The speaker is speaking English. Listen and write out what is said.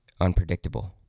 unpredictable